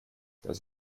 dass